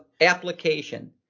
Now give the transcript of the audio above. application